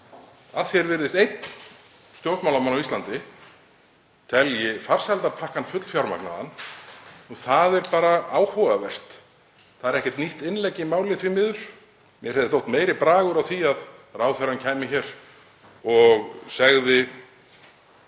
að því er virðist einn stjórnmálamanna á Íslandi, telji farsældarpakkann fullfjármagnaðan er bara áhugavert. Það er ekkert nýtt innlegg í málið, því miður. Mér hefði þótt meiri bragur á því að ráðherrann kæmi hér og segði: